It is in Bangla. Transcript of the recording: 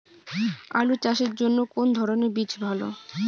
আলু চাষের জন্য কোন ধরণের বীজ ভালো?